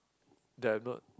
they are not